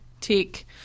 Tick